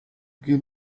give